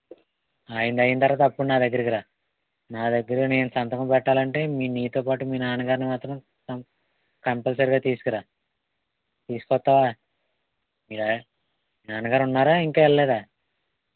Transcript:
ఆయనది అయిన తరువాత అప్పుడు నా దగ్గరికి రా నా దగ్గర నేను సంతకం పెట్టాలి అంటే మీ నీతో పాటు మీ నాన్నగారిని మాత్రం కంపల్సరిగా తీసుకుని రా తీసుకోస్తావా ఏ నాన్నగారు ఉన్నారా ఇంకా వెళ్ళ లేదా